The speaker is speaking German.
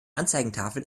anzeigetafel